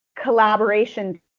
collaboration